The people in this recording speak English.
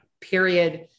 period